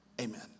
Amen